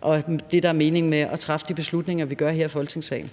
og det, der er meningen med at træffe de beslutninger, vi gør her i Folketingssalen.